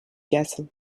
castle